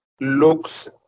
looks